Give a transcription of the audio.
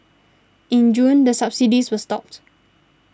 in June the subsidies were stopped